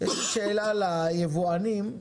שאלה ליבואנים.